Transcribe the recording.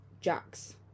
Jack's